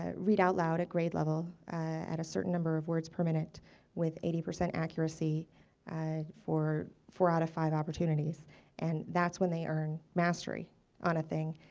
ah read out loud at grade level at a certain number of words per minute with eighty percent accuracy for four out of five opportunities and that's when they earn mastery on a thing.